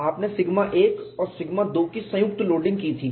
आपने सिग्मा 1 और सिग्मा 2 की संयुक्त लोडिंग की थी